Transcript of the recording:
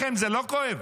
לכם זה לא כואב?